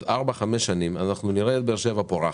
ארבע-חמש שנים אנחנו נראה את באר שבע פורחת,